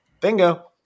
bingo